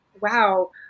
wow